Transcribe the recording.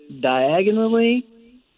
diagonally